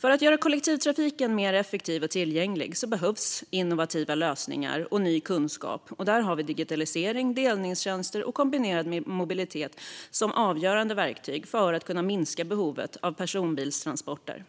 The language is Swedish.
För att göra kollektivtrafiken mer effektiv och tillgänglig behövs innovativa lösningar och ny kunskap, och där är digitalisering, delningstjänster och kombinerad mobilitet avgörande verktyg för att vi ska kunna minska behovet av personbilstransporter.